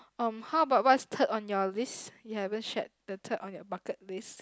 um how about what's third on your list you haven't shared the third on your bucket list